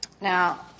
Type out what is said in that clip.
Now